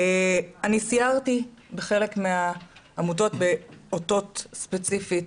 אני סיירתי בחלק מהעמותות, ובאותות ספציפית.